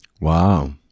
Wow